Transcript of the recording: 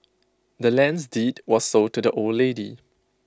the land's deed was sold to the old lady